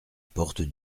porte